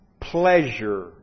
pleasure